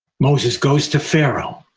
moses goes to pharaoh